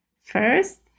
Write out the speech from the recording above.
first